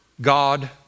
God